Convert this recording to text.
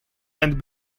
and